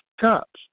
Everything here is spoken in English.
cops